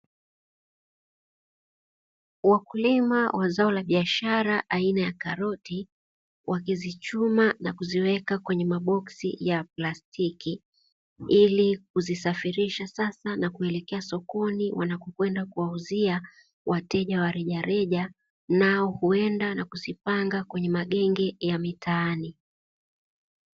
Wakulima wa zao la biashara aina ya karoti, wakizichuma na kuziweka kwenye maboksi ya plastiki, ili kuzisafirisha sasa na kuelekea sokoni wanapokwenda kuwauzia wateja wa rejareja, nao huenda na kuzipanga kwenye magenge ya mitaani.